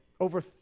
Over